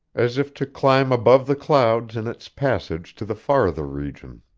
as if to climb above the clouds in its passage to the farther region.